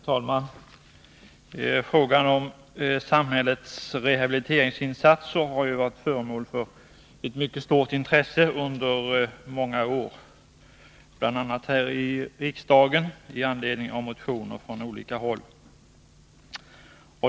Herr talman! Frågan om samhällets rehabiliteringsinsatser har ju varit föremål för ett mycket stort intresse under många år, bl.a. här i riksdagen med anledning av motioner från olika håll.